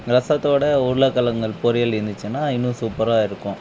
ரசத்தோட உருளக்கிழங்கள் பொரியல் இருந்துச்சின்னா இன்னும் சூப்பராக இருக்கும்